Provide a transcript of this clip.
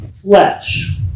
Flesh